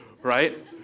right